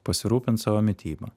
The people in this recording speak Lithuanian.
pasirūpint savo mityba